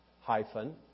hyphen